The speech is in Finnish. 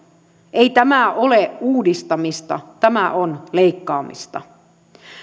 ei tämä ole uudistamista tämä on leikkaamista